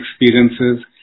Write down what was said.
experiences